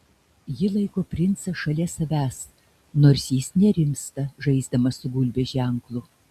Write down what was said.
ji laiko princą šalia savęs nors jis nerimsta žaisdamas su gulbės ženklu